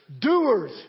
doers